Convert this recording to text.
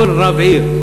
כל רב עיר,